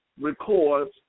records